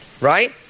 Right